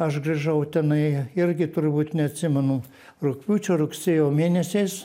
aš grįžau tenai irgi turbūt neatsimenu rugpjūčio rugsėjo mėnesiais